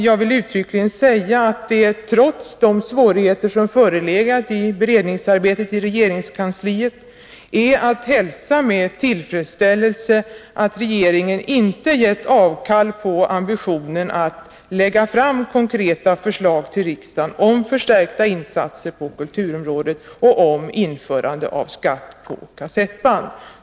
Jag vill uttryckligen säga att det, efter de svårigheter som förelegat i beredningsarbetet i regeringskansliet, är att hälsa med tillfredsställelse att regeringen inte gett avkall på ambitionen att lägga fram konkreta förslag till riksdagen om förstärkta insatser på kulturområdet och om införande av skatt på kassettband.